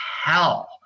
hell